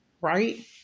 Right